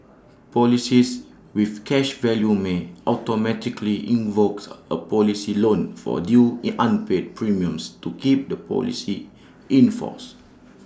policies with cash value may automatically invokes A policy loan for due in unpaid premiums to keep the policy in force